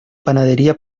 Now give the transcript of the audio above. panadería